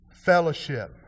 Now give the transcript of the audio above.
fellowship